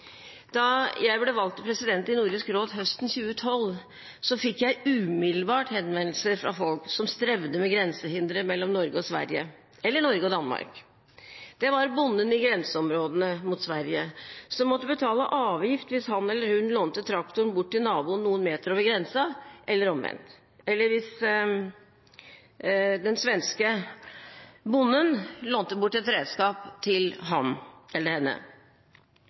Da jeg ble valgt til president i Nordisk råd høsten 2012, fikk jeg umiddelbart henvendelser fra folk som strevde med grensehindre mellom Norge og Sverige – eller Norge og Danmark. Det var bonden i grenseområdene mot Sverige som måtte betale avgift hvis han eller hun lånte bort traktoren til naboen noen meter over grensen – eller omvendt. Og det samme hvis den svenske bonden lånte bort et redskap til ham eller henne.